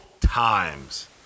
times